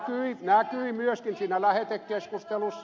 se näkyi myöskin siinä lähetekeskustelussa